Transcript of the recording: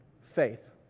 faith